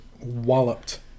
walloped